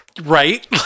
Right